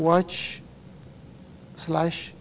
watch slash